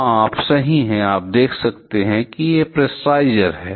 हाँ आप सही हैं आप देख सकते हैं कि एक प्रेशराइज़र है